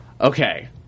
Okay